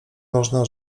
można